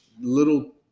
little